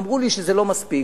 אמרו לי שזה לא מספיק.